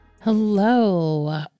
Hello